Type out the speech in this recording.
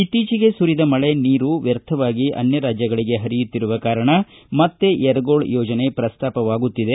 ಇತ್ತೀಚೆಗೆ ಸುರಿದ ಮಳೆ ನೀರು ವ್ವರ್ಥವಾಗಿ ಅನ್ವ ರಾಜ್ಯಗಳಿಗೆ ಹರಿಯುತ್ತಿರುವ ಕಾರಣ ಮತ್ತೆ ಯರಗೋಳ್ ಯೋಜನೆ ಪ್ರಸ್ತಾಪವಾಗುತ್ತಿದೆ